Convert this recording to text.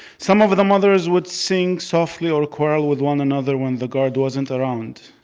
some of the mothers would sing softly or quarrel with one another when the guard wasn't around.